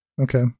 Okay